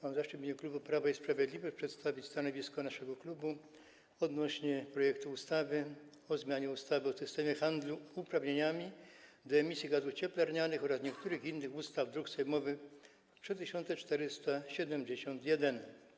Mam zaszczyt w imieniu klubu Prawo i Sprawiedliwość przedstawić stanowisko odnośnie do projektu ustawy o zmianie ustawy o systemie handlu uprawnieniami do emisji gazów cieplarnianych oraz niektórych innych ustaw, druk sejmowy nr 3471.